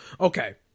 Okay